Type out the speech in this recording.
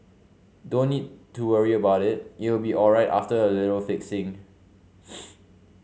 don't need to worry about it it will be alright after a little fixing